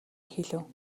хэлэв